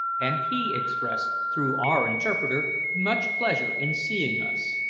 and he expressed, through our interpreter, much pleasure in seeing us.